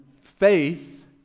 faith